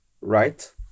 right